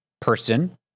person